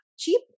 Cheap